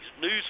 news